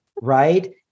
Right